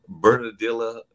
bernadilla